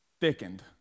thickened